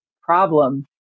problem